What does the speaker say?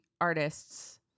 artists